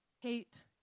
Hate